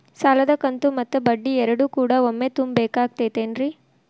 ಸಾಲದ ಕಂತು ಮತ್ತ ಬಡ್ಡಿ ಎರಡು ಕೂಡ ಒಮ್ಮೆ ತುಂಬ ಬೇಕಾಗ್ ತೈತೇನ್ರಿ?